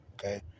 Okay